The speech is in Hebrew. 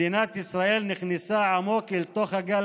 מדינת ישראל נכנסה עמוק אל תוך הגל